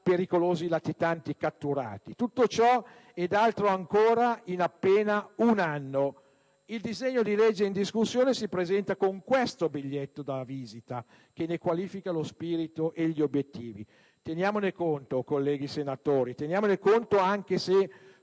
pericolosi latitanti catturati. Tutto ciò ed altro ancora in appena un anno. Il disegno di legge in discussione si presenta con questo biglietto da visita, che ne qualifica lo spirito e gli obiettivi. Teniamone conto, colleghi senatori, anche se